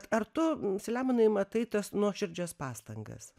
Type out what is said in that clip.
ar tu selemonai matai tas nuoširdžias pastangas